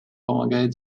помогает